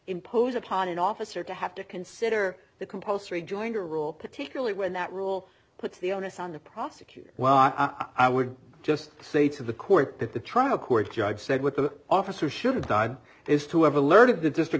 impose upon an officer to have to consider the compulsory jointer rule particularly when that rule puts the onus on the prosecutor well i would just say to the court that the trial court judge said what the officer should have died is to have alerted the district